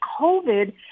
COVID